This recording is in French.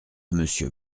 monsieur